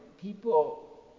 people